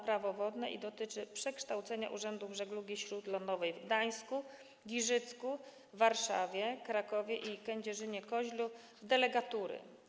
Prawo wodne i dotyczy przekształcenia urzędów żeglugi śródlądowej w Gdańsku, Giżycku, Warszawie, Krakowie i Kędzierzynie-Koźlu w delegatury.